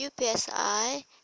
UPSI